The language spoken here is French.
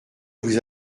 vous